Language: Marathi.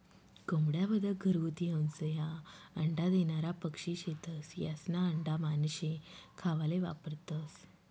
कोंबड्या, बदक, घरगुती हंस, ह्या अंडा देनारा पक्शी शेतस, यास्ना आंडा मानशे खावाले वापरतंस